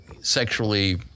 sexually